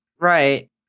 Right